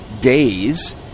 days